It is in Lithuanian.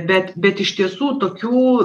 bet bet iš tiesų tokių